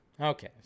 Okay